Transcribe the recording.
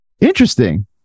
Interesting